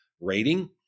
rating